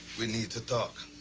we need to talk.